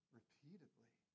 repeatedly